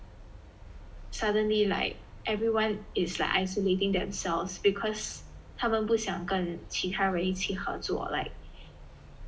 suddenly like everyone is like isolating themselves cause 他们不想跟其他的人合作 like